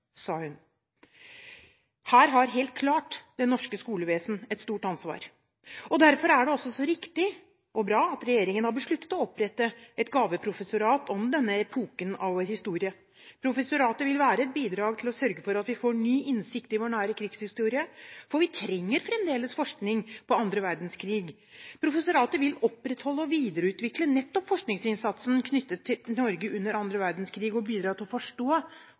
Her har helt klart det norske skolevesen et stort ansvar, og derfor er det også så riktig og bra at regjeringen har besluttet å opprette et gaveprofessorat om denne epoken av vår historie. Professoratet vil være et bidrag til å sørge for at vi får ny innsikt i vår nære krigshistorie, for vi trenger fremdeles forskning på 2. verdenskrig. Professoratet vil opprettholde og videreutvikle forskningsinnsatsen knyttet til Norge under 2. verdenskrig og bidra til å forstå